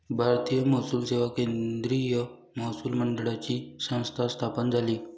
भारतीय महसूल सेवा केंद्रीय महसूल मंडळाची संस्था स्थापन झाली